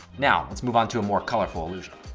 now let's move on to a more colorful illusion.